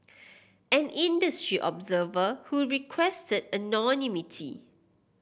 an industry observer who requested anonymity